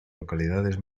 localidades